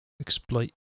exploit